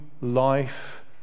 life